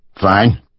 Fine